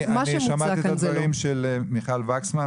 אני שמעתי את הדברים של מיכל וקסמן.